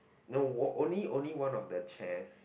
no o~ only only one of the chairs